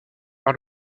par